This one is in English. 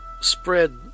spread